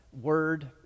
word